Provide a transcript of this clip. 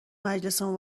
مجلسمون